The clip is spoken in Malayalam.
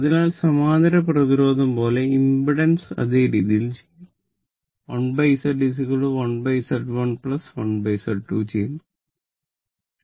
അതിനാൽ സമാന്തര പ്രതിരോധം പോലെ ഇംപെഡൻസ് അതെ രീതിയിൽ ചെയ്യാം 1 Z 1 Z 1 1 Z 2 ചെയ്യുന്നു